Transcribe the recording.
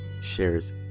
shares